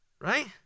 right